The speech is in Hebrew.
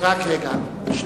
למה הם לא נותנים לנו 100% תפוקה?